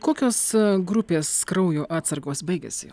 kokios grupės kraujo atsargos baigiasi jau